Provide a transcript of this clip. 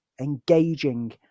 engaging